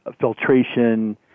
filtration